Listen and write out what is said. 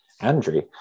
Andrew